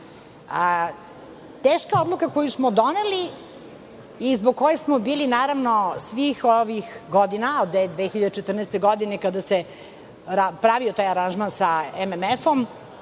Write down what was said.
Teška odluka koju smo doneli i zbog koje smo bili, naravno, svih ovih godina od 2014. godine, kada se pravio taj aranžman sa MMF-om,